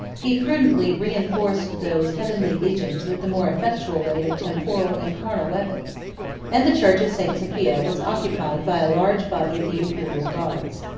he prudently reenforced those heavenly legions with the more effectual aid of temporal and carnal weapons and the church of st. sophia was occupied by a large body of the imperial guards.